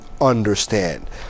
understand